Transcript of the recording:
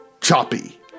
choppy